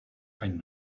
einen